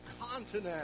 continent